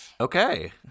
Okay